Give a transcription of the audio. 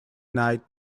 night